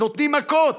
נותנים מכות.